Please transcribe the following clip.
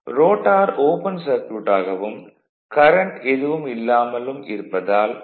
rotor open circuit ஆகவும் current எதுவும் இல்லாமலும் இருப்பதால் ரோட்டார் எம்